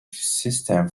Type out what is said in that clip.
system